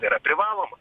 yra privaloma